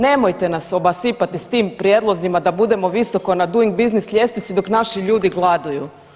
Nemojte nas obasipati sa tim prijedlozima da budemo visoko na Doing business ljestvici dok naši ljudi gladuju.